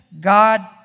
God